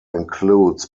includes